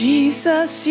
Jesus